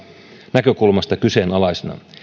näkökulmasta kyseenalaisena